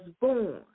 born